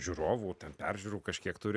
žiūrovų ten peržiūrų kažkiek turi